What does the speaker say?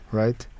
right